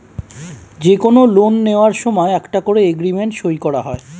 যে কোনো লোন নেয়ার সময় একটা করে এগ্রিমেন্ট সই করা হয়